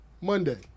Monday